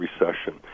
recession